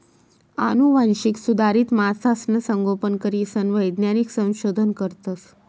आनुवांशिक सुधारित मासासनं संगोपन करीसन वैज्ञानिक संशोधन करतस